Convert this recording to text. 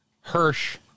Hirsch